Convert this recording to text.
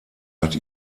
hat